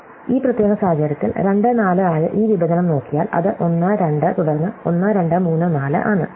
അതിനാൽ ഈ പ്രത്യേക സാഹചര്യത്തിൽ 2 4 ആയ ഈ വിഭജനം നോക്കിയാൽ അത് 1 2 തുടർന്ന് 1 2 3 4 ആണ്